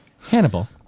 Hannibal